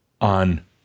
on